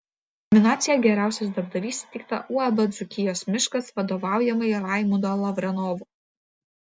nominacija geriausias darbdavys įteikta uab dzūkijos miškas vadovaujamai raimundo lavrenovo